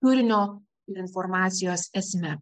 turinio informacijos esme